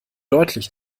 deutlich